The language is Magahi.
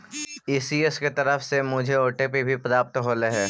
ई.सी.एस की तरफ से मुझे ओ.टी.पी भी प्राप्त होलई हे